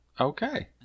Okay